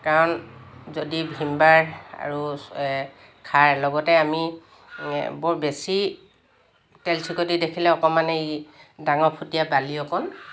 কাৰণ যদি ভীম বাৰ আৰু খাৰ লগতে আমি বৰ বেছি তেলচিকটি দেখিলে অকণমান এই ডাঙৰ ফুটিয়া বালি অকণ